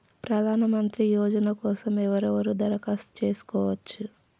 ప్రధానమంత్రి యోజన కోసం ఎవరెవరు దరఖాస్తు చేసుకోవచ్చు?